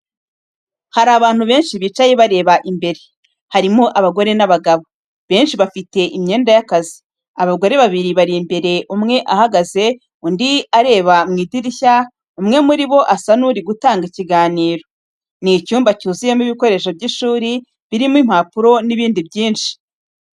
Hari abantu benshi bicaye bareba imbere, harimo abagore n'abagabo, benshi bafite imyenda y’akazi, abagore babiri bari imbere umwe ahagaze, undi areba mu irishya, umwe muri bo asa n'uri gutanga ikiganiro. Ni icyumba cyuzuyemo ibikoresho by’ishuri birimo impapuro n'ibindi byinshi.